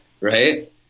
right